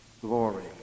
glory